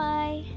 Bye